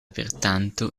pertanto